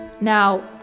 Now